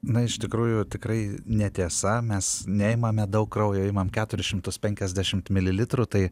na iš tikrųjų tikrai netiesa mes neimame daug kraujo imam keturis šimtus penkiasdešimt mililitrų tai